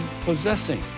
possessing